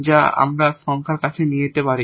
যা আমরা সংখ্যার কাছে নিয়ে যেতে পারি